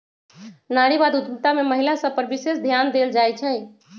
नारीवाद उद्यमिता में महिला सभ पर विशेष ध्यान देल जाइ छइ